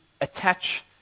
attach